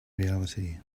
reality